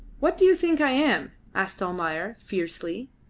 what do you think i am? asked almayer, fiercely.